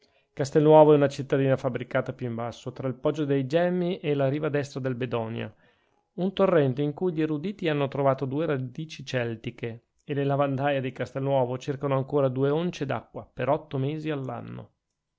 castelnuovo è una cittadina fabbricata più in basso tra il poggio dei gemmi e la riva destra del bedonia un torrente in cui gli eruditi hanno trovato due radici celtiche e le lavandaie di castelnuovo cercano ancora due once d'acqua per otto mesi dell'anno